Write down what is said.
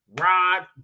Rod